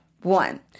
one